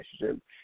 relationship